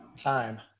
Time